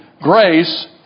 grace